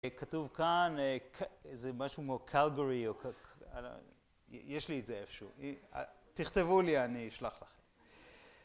כתוב כאן איזה משהו כמו Calgary, או, יש לי את זה איפשהו, תכתבו לי אני אשלח לכם.